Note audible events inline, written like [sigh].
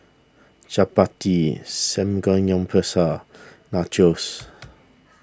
Chapati Samgeyopsal Nachos [noise]